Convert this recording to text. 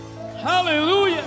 Hallelujah